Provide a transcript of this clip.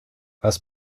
was